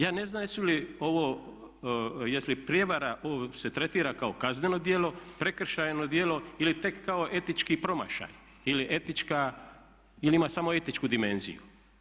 Ja ne znam jesu li ovo, je li se prijevara se tretira kao kazneno djelo, prekršajno djelo ili tek kao etički promašaj ili etička, ili ima samo etičku dimenziju.